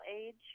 age